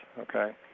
okay